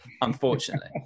Unfortunately